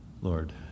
Lord